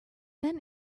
then